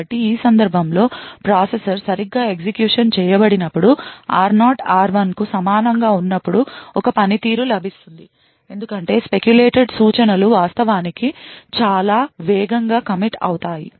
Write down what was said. కాబట్టి ఈ సందర్భంలో ప్రాసెసర్ సరిగ్గా ఎగ్జిక్యూషన్ చేయబడినప్పుడు r0 r1 కు సమానంగా ఉన్నప్పుడు ఒక పనితీరు లభిస్తుంది ఎందుకంటేspeculated సూచనలు వాస్తవానికి చాలా వేగంగా commit అవుతాయి